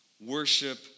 worship